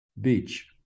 beach